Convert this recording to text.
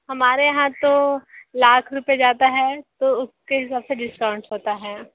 हमारे यहाँ तो लाख रुपये जाता है तो उसके हिसाब से डिस्काउंट होता है